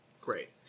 Great